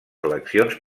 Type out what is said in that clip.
eleccions